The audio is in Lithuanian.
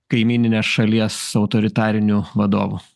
kaimyninės šalies autoritarinių vadovų